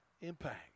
Impact